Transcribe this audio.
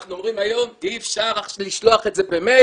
אנחנו אומרים היום שאי אפשר לשלוח את זה במייל,